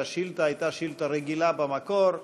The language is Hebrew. שהשאילתה הייתה שאילתה רגילה במקור,